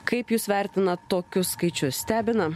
kaip jūs vertinat tokius skaičius stebina